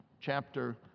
chapter